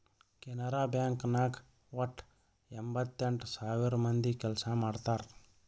Canara bank ನಾಗ್ ವಟ್ಟ ಎಂಭತ್ತೆಂಟ್ ಸಾವಿರ ಮಂದಿ ಕೆಲ್ಸಾ ಮಾಡ್ತಾರ್